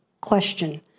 question